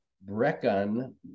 Brecon